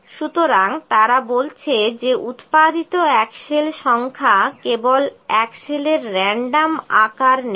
সুতরাং তারা বলছে যে উৎপাদিত অ্যাক্সল সংখ্যা কেবল অ্যাক্সলের র্য। ন্ডম আকার নেব